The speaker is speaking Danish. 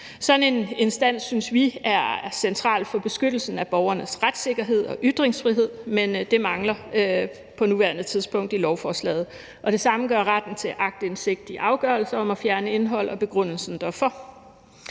Sådan en instans synes vi er central for beskyttelsen af borgernes retssikkerhed og ytringsfrihed, men det mangler på nuværende tidspunkt i lovforslaget. Og det samme gør retten til aktindsigt i afgørelser om at fjerne indhold og begrundelsen derfor.